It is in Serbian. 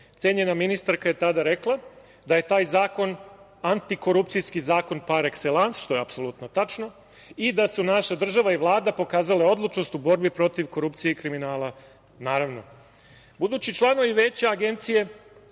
imovine. Cenjena ministarka je tada rekla da je taj zakon antikorupcijski zakon "par ekselans", što je apsolutno tačno i da su naša država i Vlada pokazale odlučnost u borbi protiv korupcije i kriminala, naravno. Budući članovi Veća Agencije